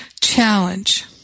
challenge